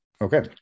Okay